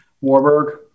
Warburg